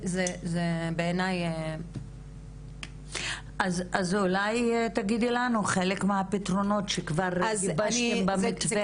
זה בעיניי -- אז אולי תגידי לנו חלק מהפתרונות שכבר גיבשתם במתווה,